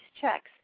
checks